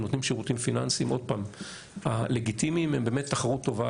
נותנים שירותים פיננסיים הלגיטימיים הם באמת תחרות טובה